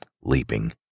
leaping